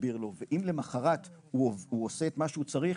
להסביר לו ואם למחרת הוא עושה את מה שהוא צריך,